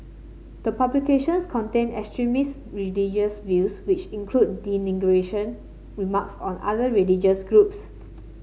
the publications contain extremist views which include remarks on other religious groups